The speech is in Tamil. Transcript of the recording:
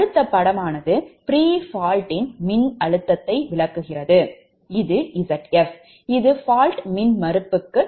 அடுத்த படம்pre fault யின் மின்னழுத்தம் இது Zf இது fault மின்மறுப்புக்கு சமம்